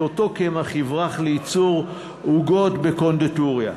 שאותו קמח יברח לייצור עוגות בקונדיטוריה.